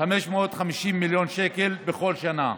550 מיליון שקל בכל שנה.